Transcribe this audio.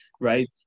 right